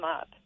up